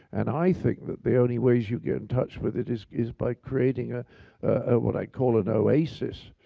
and i think that the only ways you get in touch with it is is by creating ah what i call an oasis,